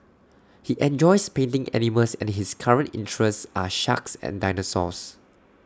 he enjoys painting animals and his current interests are sharks and dinosaurs